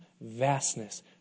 vastness